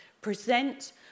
Present